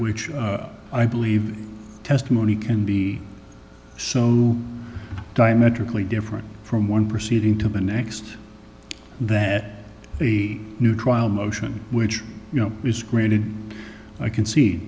which i believe testimony can be so diametrically different from one proceeding to the next that the new trial motion which you know is granted i can see